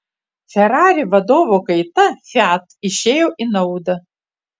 ferrari vadovo kaita fiat išėjo į naudą